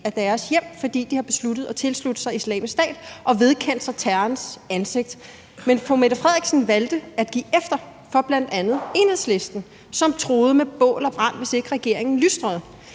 er deres hjem, fordi de har besluttet at tilslutte sig Islamisk Stat og vedkendt sig terrorens ansigt. Men statsministeren valgte at give efter for bl.a. Enhedslisten, som truede med bål og brand, hvis ikke regeringen lystrede.